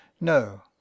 no